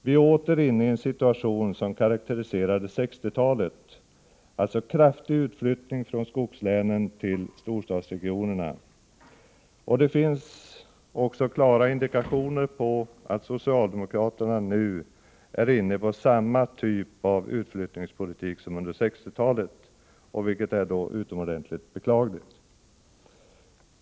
Vi är åter inne i en situation som karakteriserade 1960-talet, med en kraftig utflyttning från skogslänen till storstadsregionerna. Det finns också klara indikationer på att socialdemokraterna nu är inne på samma typ av utflyttningspolitik som under 1960-talet, vilket är utomordentligt beklagligt.